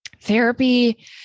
Therapy